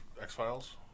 X-Files